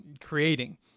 creating